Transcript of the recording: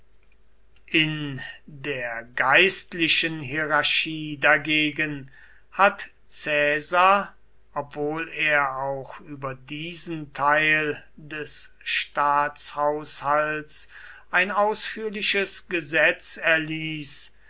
in der geistlichen hierarchie dagegen hat caesar obwohl er auch über diesen teil des staatshaushalts ein ausführliches gesetz erließ